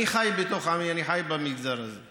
אני חי בתוך עמי, אני חי במגזר הזה,